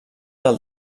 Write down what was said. del